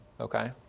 Okay